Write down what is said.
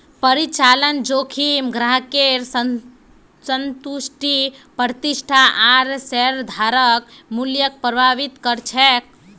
परिचालन जोखिम ग्राहकेर संतुष्टि प्रतिष्ठा आर शेयरधारक मूल्यक प्रभावित कर छेक